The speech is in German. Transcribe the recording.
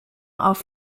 auf